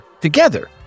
together